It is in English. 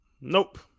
Nope